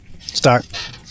Start